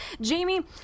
Jamie